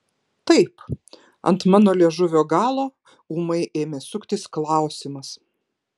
taip ant mano liežuvio galo ūmai ėmė suktis klausimas